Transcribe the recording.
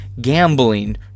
gambling